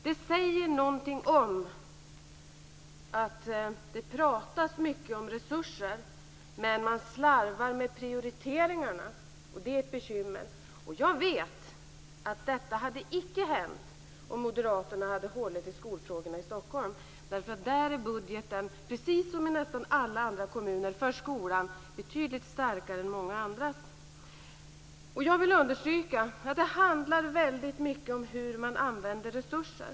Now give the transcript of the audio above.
Det talas mycket om resurser men man slarvar med prioriteringarna. Det här är ett bekymmer. Jag vet att detta icke skulle ha hänt om Moderaterna hade hållit i skolfrågorna i Stockholm. Där är vår budget för skolan, och så är det i nästan alla andra kommuner, betydligt starkare än många andras. Det handlar väldigt mycket om hur man använder resurser.